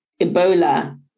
Ebola